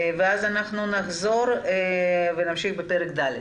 ואז נחזור ונמשיך בפרק ד'.